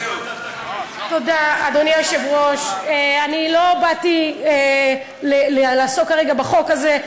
אדוני היושב-ראש, לא באתי לעסוק כרגע בחוק הזה.